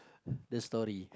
the story